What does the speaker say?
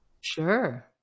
Sure